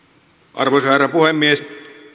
arvoisa herra puhemies